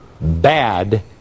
bad